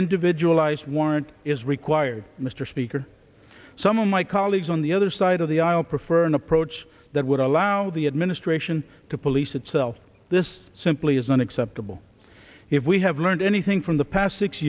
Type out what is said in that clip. individualized warrant is required mr speaker some of my colleagues on the other side of the aisle prefer an approach that would allow the administration to police itself this simply isn't acceptable if we have learned anything from the past six